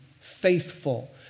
faithful